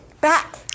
Back